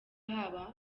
haba